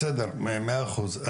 בסדר, מאה אחוז.